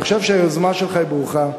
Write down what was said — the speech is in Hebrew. אני חושב שהיוזמה שלך ברוכה.